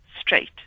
straight